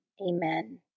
Amen